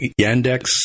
Yandex